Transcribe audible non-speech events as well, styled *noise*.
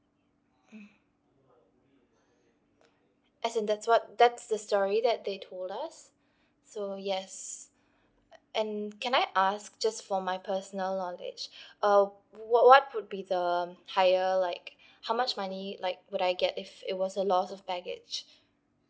mm as in that's what that's the story that they told us so yes uh and can I ask just for my personal knowledge *breath* uh wh~ what could be the higher like how much money like would I get if it was a loss of baggage